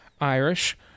Irish